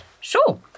Sure